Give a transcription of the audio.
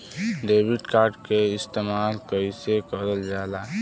Debit card के इस्तेमाल कइसे करल जाला?